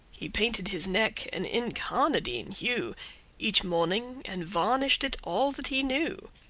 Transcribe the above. he painted his neck an incarnadine hue each morning and varnished it all that he knew.